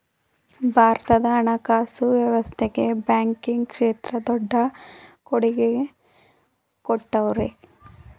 ಭಾರತದ ಹಣಕಾಸು ವ್ಯವಸ್ಥೆಗೆ ಬ್ಯಾಂಕಿಂಗ್ ಕ್ಷೇತ್ರ ದೊಡ್ಡ ಕೊಡುಗೆ ಕೊಟ್ಟವ್ರೆ